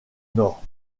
nord